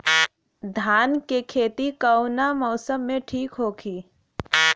धान के खेती कौना मौसम में ठीक होकी?